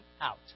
out